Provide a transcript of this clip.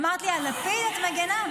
אמרת לי: על לפיד את מגינה?